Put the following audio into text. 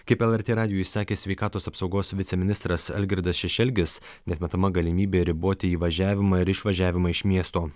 kaip lrt radijui sakė sveikatos apsaugos viceministras algirdas šešelgis neatmetama galimybė riboti įvažiavimą ir išvažiavimą iš miesto